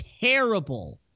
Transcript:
terrible